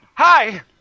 Hi